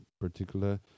particular